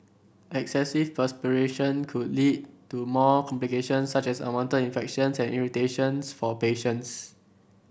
excessive perspiration could lead to more complications such as unwanted infections and irritations for patients